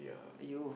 !aiyo!